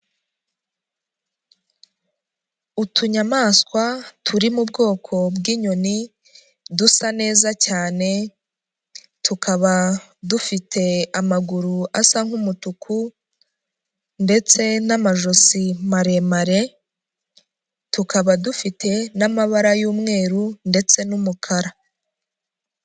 Utunyamaswa turi mu bwoko bw'inyoni dusa neza cyane, tukaba dufite amaguru asa nk'umutuku ndetse n'amajosi maremare, tukaba dufite n'amabara y'umweru ndetse n'umukara.